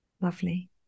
Lovely